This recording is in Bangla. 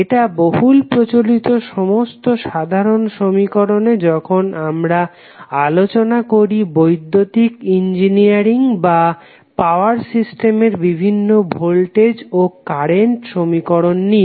এটা বহুলপ্রচলিত সমস্ত সাধারণ সমীকরণে যখন আমরা আলোচনা করি বৈদ্যুতিক ইঞ্জিনিয়ারিং বা পাওয়ার সিস্টেম এর বিভিন্ন ভোল্টেজ ও কারেন্ট সমীকরণ নিয়ে